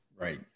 Right